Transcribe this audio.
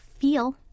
feel